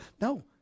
No